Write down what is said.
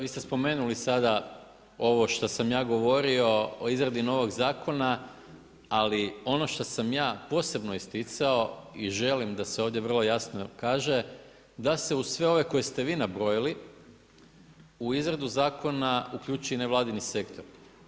Vi ste spomenuli sada ovo što sam ja govorio, o izradi novog zakona, ali ono što sam ja posebno isticao i želim da se ovdje vrlo jasno kaže, da se uz sve ove koje ste vi nabrojili u izradu zakona uključi nevladini sektor.